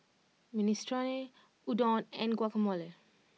Minestrone Udon and Guacamole